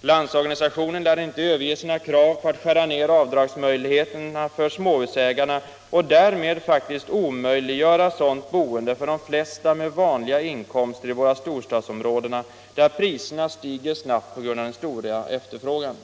Landsorganisationen lär inte Ööverge sina krav på att skära ned avdragsmöjligheterna för småhusägare och därmed omöjliggöra sådant boende för de flesta med vanliga in Allmänpolitisk debatt Allmänpolitisk debatt 110 komster i våra storstadsområden, där priserna stiger snabbt på grund av den stora efterfrågan.